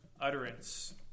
utterance